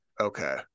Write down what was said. Okay